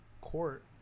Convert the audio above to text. court